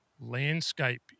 landscape